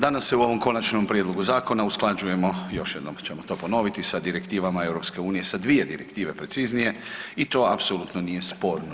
Danas se u ovom konačnom prijedlogu zakona usklađujemo još jednom ćemo to ponoviti, sa direktivama EU sa dvije direktive preciznije i to apsolutno nije sporno.